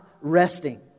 resting